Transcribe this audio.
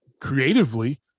creatively